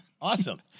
Awesome